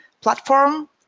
platform